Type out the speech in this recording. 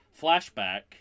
flashback